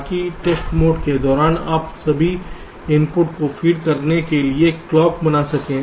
ताकि test mode के दौरान आप सभी इनपुट को फीड करने के लिए क्लॉक बना सकें